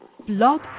blog